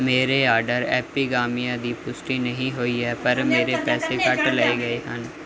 ਮੇਰੇ ਆਰਡਰ ਐਪੀਗਾਮੀਆ ਦੀ ਪੁਸ਼ਟੀ ਨਹੀਂ ਹੋਈ ਹੈ ਪਰ ਮੇਰੇ ਪੈਸੇ ਕੱਟ ਲਏ ਗਏ ਹਨ